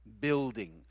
building